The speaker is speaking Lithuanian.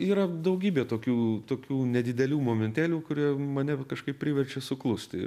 yra daugybė tokių tokių nedidelių momentėlių kurie mane kažkaip priverčia suklusti